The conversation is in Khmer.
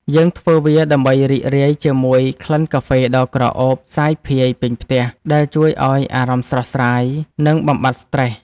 យើងធ្វើវាដើម្បីរីករាយជាមួយក្លិនកាហ្វេដ៏ក្រអូបសាយភាយពេញផ្ទះ ដែលជួយឱ្យអារម្មណ៍ស្រស់ស្រាយ និងបំបាត់ស្រ្តេស។